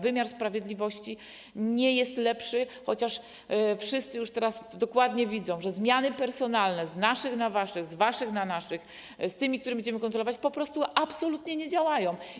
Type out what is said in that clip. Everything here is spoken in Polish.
Wymiar sprawiedliwości nie jest lepszy, chociaż wszyscy już teraz dokładnie widzą, że zmiany personalne z naszych na waszych, z waszych na naszych, których będziemy kontrolować, po prostu absolutnie nie działają.